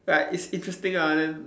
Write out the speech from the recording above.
like it's interesting ah then